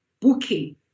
booking